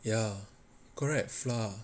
ya correct flour